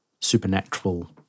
supernatural